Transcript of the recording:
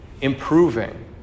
improving